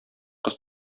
кыз